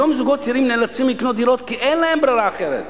היום זוגות צעירים נאלצים לקנות דירות כי אין להם ברירה אחרת.